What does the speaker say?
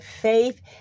faith